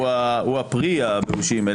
שהוא פרי הבאושים,